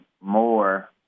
more